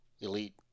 elite